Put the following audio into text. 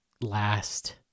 last